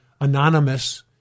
anonymous